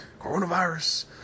coronavirus